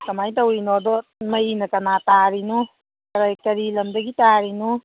ꯀꯃꯥꯏ ꯇꯧꯔꯤꯅꯣꯗꯣ ꯃꯩꯅ ꯀꯅꯥ ꯇꯥꯔꯤꯅꯣ ꯀꯔꯤ ꯂꯝꯗꯒꯤ ꯇꯥꯔꯤꯅꯣ